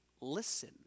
listen